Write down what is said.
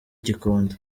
gikondo